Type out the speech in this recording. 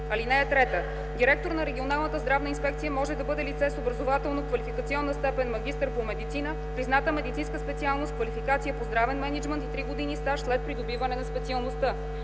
(3) Директор на регионална здравна инспекция може да бъде лице с образователно-квалификационна степен "магистър" по медицина, призната медицинска специалност, квалификация по здравен мениджмънт и три години стаж след придобиване на специалността.